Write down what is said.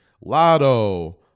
Lotto